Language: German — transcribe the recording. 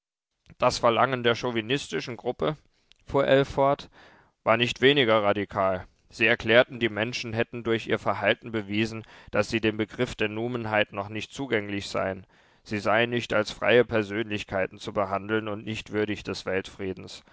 das verlangen der chauvinistischen gruppe fuhr ell fort war nicht weniger radikal sie erklärten die menschen hätten durch ihr verhalten bewiesen daß sie dem begriff der numenheit noch nicht zugänglich seien sie seien nicht als freie persönlichkeiten zu behandeln und nicht würdig des